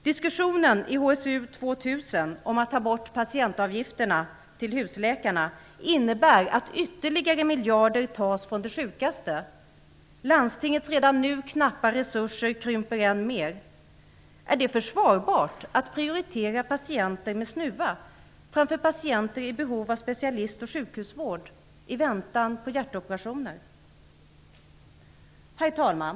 Diskussionen i HSU 2000 om att ta bort patientavgifterna till husläkarna innebär att ytterligare miljarder tas från de sjukaste. Landstingets redan nu knappa resurser krymper än mer. Är det försvarbart att prioritera patienter med snuva framför patienter i behov av specialist och sjukhusvård i väntan på hjärtoperationer? Herr talman!